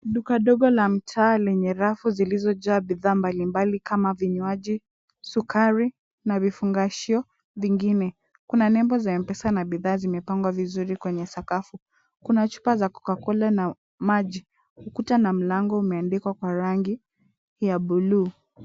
Duka dogo la mtaa lenye rafu zilizojaa bidhaa mbalimbali kama vinywaji, sukari na vifugashio vingine. Kuna nembo za M-Pesa na bidhaa zimepangwa vizuri kwenye sakafu. Kuna chupa za Cocacola na maji. Ukuta na mlango umeandikwa kwa rangi ya buluu.